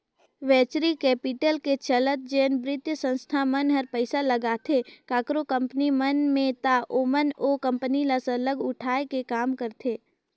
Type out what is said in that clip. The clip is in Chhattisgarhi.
वेंचरी कैपिटल के चलत जेन बित्तीय संस्था मन हर पइसा लगाथे काकरो कंपनी मन में ता ओमन ओ कंपनी ल सरलग उठाए के काम करथे